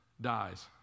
dies